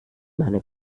meine